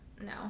no